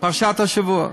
פרשת השבוע.